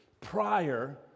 prior